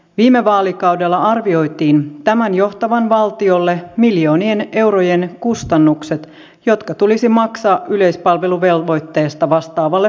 viime vaalikaudella arvioitiin tämän aiheuttavan valtiolle miljoonien eurojen kustannukset jotka tulisi maksaa yleispalveluvelvoitteesta vastaavalle postille